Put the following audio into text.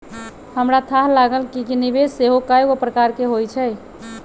हमरा थाह लागल कि निवेश सेहो कएगो प्रकार के होइ छइ